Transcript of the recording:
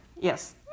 Yes